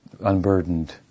unburdened